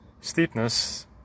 steepness